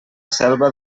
selva